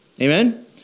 Amen